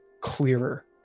clearer